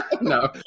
No